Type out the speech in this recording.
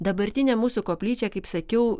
dabartinė mūsų koplyčia kaip sakiau